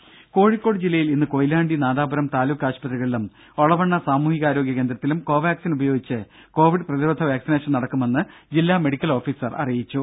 രുര കോഴിക്കോട് ജില്ലയിൽ ഇന്ന് കൊയിലാണ്ടി നാദാപുരം താലൂക്ക് ആശുപത്രികളിലും ഒളവണ്ണ സാമൂഹികാരോഗ്യ കേന്ദ്രത്തിലും കോവാക്സിൻ ഉപയോഗിച്ച് കോവിഡ് പ്രതിരോധ വാക്സിനേഷൻ നടക്കുമെന്ന് ജില്ലാ മെഡിക്കൽ ഓഫീസർ അറിയിച്ചു